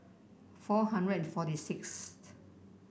four hundred and forty sixth